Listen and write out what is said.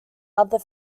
other